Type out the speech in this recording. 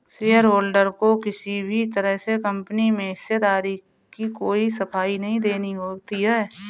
shareholder को किसी भी तरह से कम्पनी में हिस्सेदारी की कोई सफाई नहीं देनी होती है